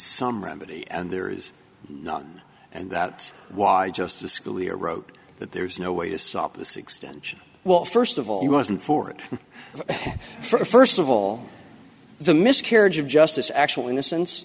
some remedy and there is none and that was just a school erode that there was no way to stop this extension well first of all he wasn't for it for first of all the miscarriage of justice actual innocence